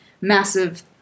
massive